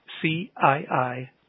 C-I-I